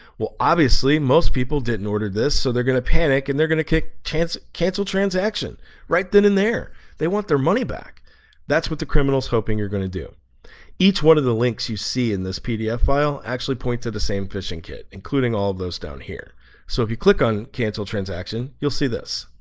well obviously most people didn't order this so they're, gonna panic and they're gonna, kick chance cancel transaction right then and there they want their money back that's what the criminal is hoping you're gonna do each one of the links you see in this pdf file actually point to the same fishing kit including all of those down here so if you click on cancel transaction you'll see this